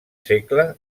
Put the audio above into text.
segle